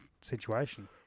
situation